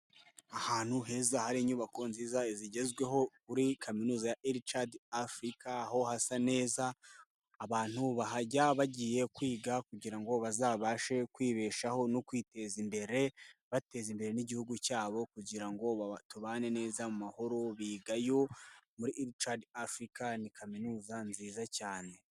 Ahantu heza hari inyubako nziza zigezweho kuri Kaminuza ircad Africa aho hasa neza. Abantu bahajya bagiye kwiga kugira ngo bazabashe kwibeshaho no kwiteza imbere bateza imbere n'Igihugu cyabo kugira ngo tubane neza mu mahoro biga yo muri ircad Africa ni Kaminuza nziza cyane.